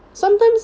sometimes